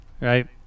Right